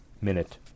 minute